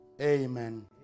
Amen